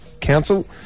Council